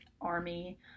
army